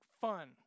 fun